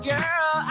Girl